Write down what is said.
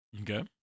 Okay